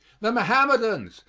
the mohammedans,